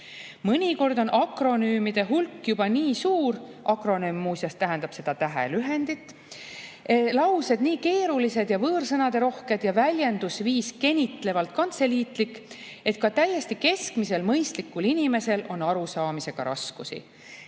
Mõnikord on akronüümide hulk juba nii suur – akronüüm muuseas tähendab tähelühendit –, laused nii keerulised ja võõrsõnarohked ja väljendusviis kenitlevalt kantseliitlik, et ka täiesti keskmisel mõistlikul inimesel on arusaamisega raskusi.